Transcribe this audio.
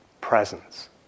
presence